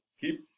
keep